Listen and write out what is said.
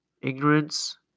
Ignorance